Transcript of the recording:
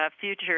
future